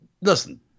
listen